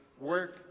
work